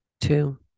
two